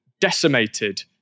decimated